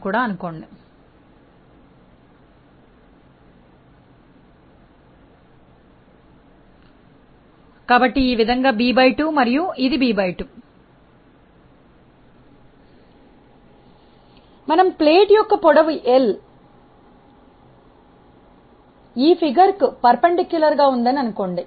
page 5 కాబట్టి ఈ విధంగా ఇది b2 మరియు ఇది b2 మనం ప్లేట్ యొక్క పొడవు L ఈ ఫిగర్ కు లంబంగా ఉందని అనుకోండి